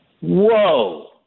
Whoa